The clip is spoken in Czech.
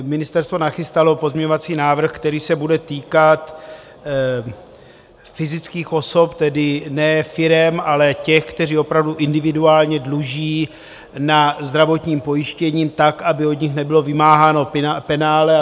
Ministerstvo nachystalo pozměňovací návrh, který se bude týkat fyzických osob, tedy ne firem, ale těch, kteří opravdu individuálně dluží na zdravotním pojištění, tak, aby od nich nebylo vymáháno penále.